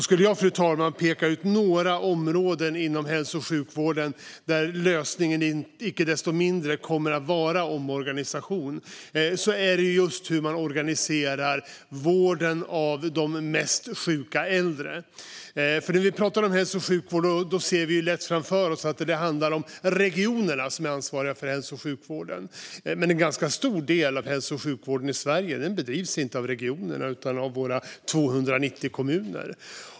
Skulle jag, fru talman, peka ut några områden inom hälso och sjukvården där lösningen icke desto mindre kommer att vara omorganisation vore ett sådant hur man organiserar vården av de mest sjuka äldre. När vi pratar om hälso och sjukvård ser vi lätt framför oss att det handlar om regionerna, som är ansvariga för hälso och sjukvården. Men en ganska stor del av hälso och sjukvården i Sverige bedrivs inte av regionerna utan av våra 290 kommuner.